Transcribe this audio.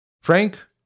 Frank